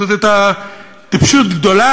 זאת הייתה טיפשות גדולה,